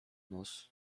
nos